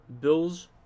Bills